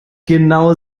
genau